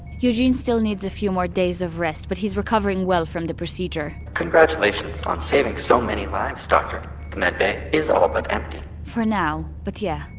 eugene still needs a few more days of rest, but he's recovering well from the procedure congratulations on saving so many lives, doctor the med bay is all but empty for now, but yeah,